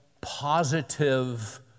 positive